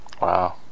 wow